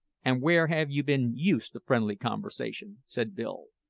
an' where have you been used to friendly conversation? said bill,